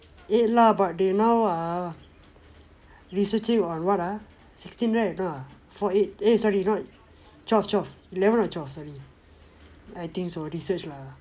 eight lah but they now err researching on what ah sixteen right no ah forty eight eh sorry not twelve twelve eleven or twelve sorry I think so research lah